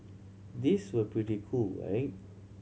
these were pretty cool right